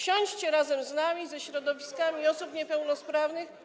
Siądźcie razem z nami, ze środowiskami osób niepełnosprawnych.